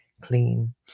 clean